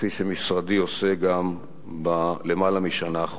כפי שמשרדי עושה גם למעלה משנה.